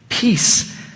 Peace